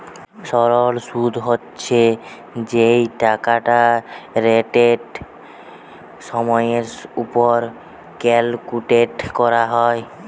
সরল শুদ হচ্ছে যেই টাকাটা রেটের সময়ের উপর ক্যালকুলেট করা হয়